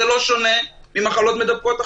זה לא שונה ממחלות מדבקות אחרות.